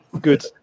Good